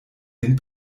den